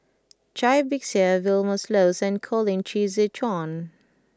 Cai Bixia Vilma Laus and Colin Qi Zhe Quan